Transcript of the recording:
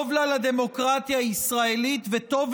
טוב לה לדמוקרטיה הישראלית וטוב